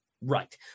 right